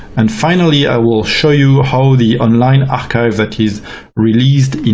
and finally, i will show you how the online archive that is released in